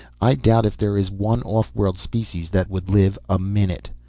i doubt if there is one off-world species that would live a minute.